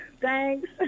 thanks